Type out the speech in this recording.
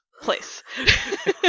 Place